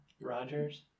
Rogers